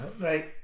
right